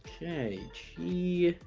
okay g